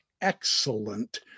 excellent